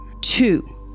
Two